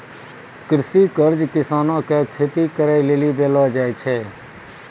कृषि कर्ज किसानो के खेती करे लेली देलो जाय छै